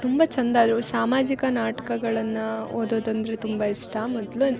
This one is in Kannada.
ತುಂಬ ಚಂದ ಅದು ಸಾಮಾಜಿಕ ನಾಟ್ಕಗಳನ್ನು ಓದೋದಂದರೆ ತುಂಬ ಇಷ್ಟ ಮೊದಲೇ